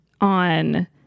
on